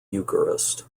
eucharist